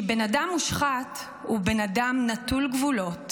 כי בן אדם מושחת הוא בן אדם נטול גבולות.